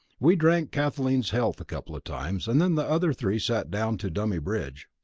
we drank kathleen's health a couple of times, and then the other three sat down to dummy bridge.